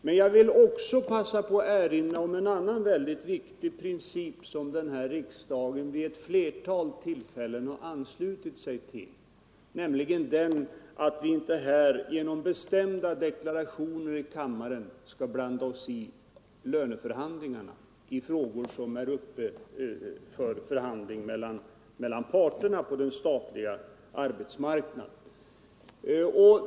Men jag vill också begagna tillfället att erinra om en annan mycket viktig princip som denna riksdag vid ett flertal tillfällen har anslutit sig till, nämligen att vi inte genom bestämda deklarationer i kammaren skall blanda oss i frågor som är uppe i löneförhandlingar mellan parterna på den statliga arbetsmarknaden.